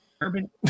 Urban